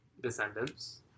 Descendants